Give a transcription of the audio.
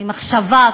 ממחשבה,